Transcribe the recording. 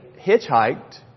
hitchhiked